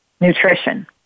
Nutrition